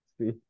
See